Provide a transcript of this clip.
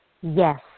Yes